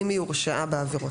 אם היא הורשעה בעבירות.